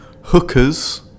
Hooker's